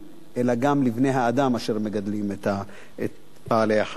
אלא גם לבני-האדם אשר מגדלים את בעלי-החיים האלה.